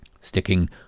Sticking